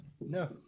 No